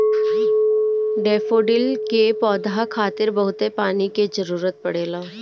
daffodil के पौधा खातिर बहुते पानी के जरुरत पड़ेला